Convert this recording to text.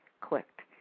clicked